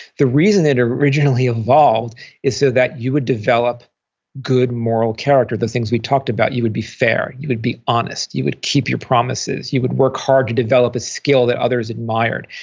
the reason it originally evolved is so that you would develop good moral character, the things we talked about. you would be fair. you would be honest. you would keep your promises. you would work hard to develop a skill that others admired.